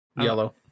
Yellow